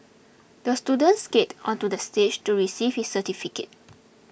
the student skated onto the stage to receive his certificate